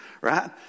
right